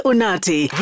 Unati